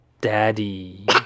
Daddy